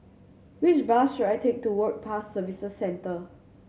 which bus should I take to Work Pass Services Centre